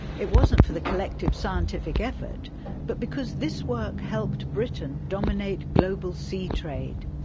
it wasn't for the collective scientific effort but because this work helped britain dominate global sea trade.